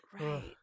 Right